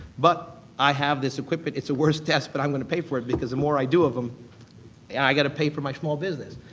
but i have this equipment. it's the worst test, but i'm going to pay for it because the more i do of them yeah i got to pay for my small business.